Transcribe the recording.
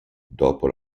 dopo